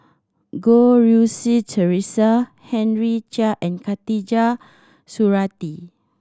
Goh Rui Si Theresa Henry Chia and Khatijah Surattee